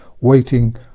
waiting